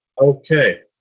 Okay